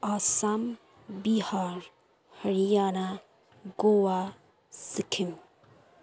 Assam Bihar Haryana Goa Sikkim